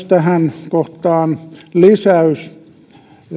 tähän kohtaan lisäys